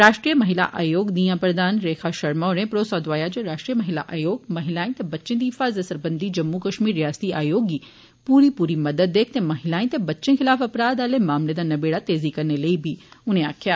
राष्ट्रीय महिला आयोग दिएं प्रधान रेखा शर्मा होरें भरोसा दोआया जे राष्ट्रीय महिला आयोग महिलाएं ते बच्चें दी हिफाजत सरबंधी जम्मू कश्मीर रियासती आयोग गी पूरी पूरी मदद देग ते महिलाएं ते बच्चें खिलाफ अपराध आले मामले दा नबेड़ा तेजी कन्नै करने लेई बी आक्खेआ